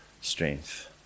strength